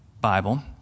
Bible